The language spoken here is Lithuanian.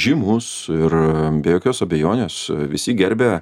žymus ir be jokios abejonės visi gerbia